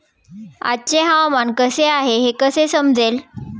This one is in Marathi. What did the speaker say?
आजचे हवामान कसे आहे हे कसे समजेल?